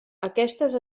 aquestes